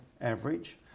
average